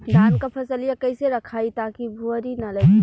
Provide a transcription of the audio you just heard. धान क फसलिया कईसे रखाई ताकि भुवरी न लगे?